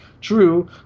True